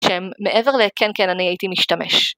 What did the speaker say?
שהם, מעבר לכן כן אני הייתי משתמש.